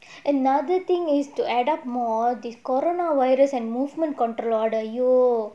another thing is to adapt more this corona virus and movement control order !aiyo!